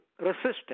resistance